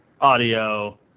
audio